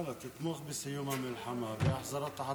יאללה, תתמוך בסיום המלחמה והחזרת החטופים.